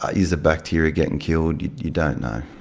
ah is the bacteria getting killed? you don't know.